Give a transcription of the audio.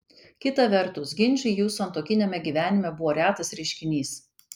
kita vertus ginčai jų santuokiniame gyvenime buvo retas reiškinys